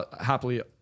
happily